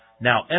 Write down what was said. Now